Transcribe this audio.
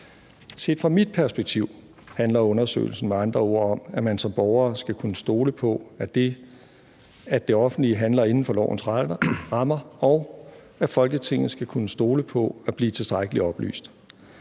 Set fra mit perspektiv handler undersøgelsen med andre ord om, at man som borgere skal kunne stole på, at det offentlige handler inden for lovens rammer, og at Folketinget skal kunne stole på at blive tilstrækkeligt oplyst.